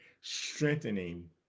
strengthening